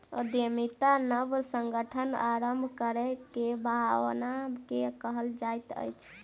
उद्यमिता नब संगठन आरम्भ करै के भावना के कहल जाइत अछि